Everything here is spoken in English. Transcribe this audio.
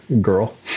Girl